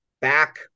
back